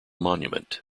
monument